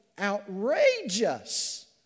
outrageous